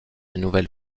nouvelle